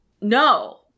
no